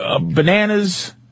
bananas